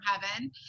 heaven